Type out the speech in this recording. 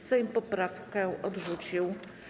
Sejm poprawkę odrzucił.